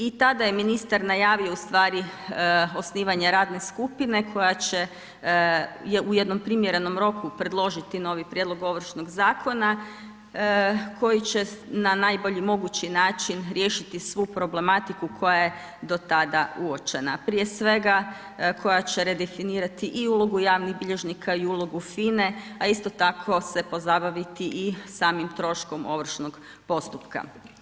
I tada je ministar najavio osnivanje radne skupine koja će u jednom primjerenom roku predložiti novi prijedlog ovršnog zakona koji će na najbolji mogući način riješiti svu problematiku koja je do tada uočena, prije svega koja će redefinirati i ulogu javnih bilježnika i ulogu FINA-e, a isto tako se pozabaviti i samim troškom ovršnog postupka.